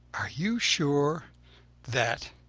are you sure that,